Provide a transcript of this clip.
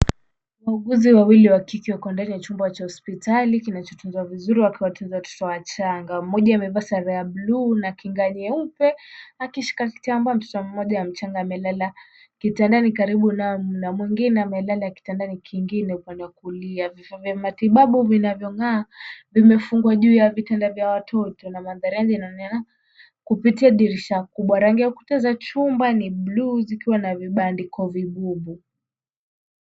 Wauguzi wawili wa kike wako katika chumba cha hospitali kinachotunzwa vizuri wakiwatunza watoto wachanga. Mmoja amevaa sare ya buluu na kinga nyeupe akishika kitambaa. Mtoto mmoja mchanga amelala kitandani karibu naye mwengine amelala kitandani kingine upande wa kulia. Vifaa vya kung'aa vimefungwa juu ya vitanda vya watoto na maandhari ya nje yanaonekana kupitia dirisha kubwa, rangi ya ukuta ya chumba ni buluu vikiwa na vibadiko vibubu.